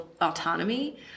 autonomy